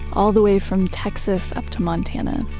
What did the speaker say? all the way from texas up to montana.